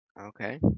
Okay